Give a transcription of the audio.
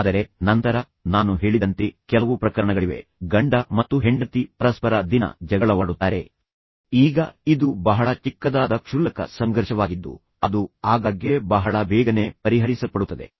ಆದರೆ ನಂತರ ನಾನು ಹೇಳಿದಂತೆ ಕೆಲವು ಪ್ರಕರಣಗಳಿವೆ ಗಂಡ ಮತ್ತು ಹೆಂಡತಿ ಪರಸ್ಪರ ದಿನ ಜಗಳವಾಡುತ್ತಾರೆ ಈಗ ಇದು ಬಹಳ ಚಿಕ್ಕದಾದ ಕ್ಷುಲ್ಲಕ ಸಂಘರ್ಷವಾಗಿದ್ದು ಅದು ಆಗಾಗ್ಗೆ ಬಹಳ ಬೇಗನೆ ಪರಿಹರಿಸಲ್ಪಡುತ್ತದೆ